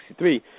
1963